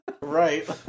Right